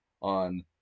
on